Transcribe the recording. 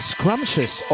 Scrumptious